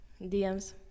DMs